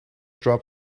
drop